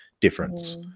difference